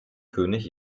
könig